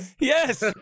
Yes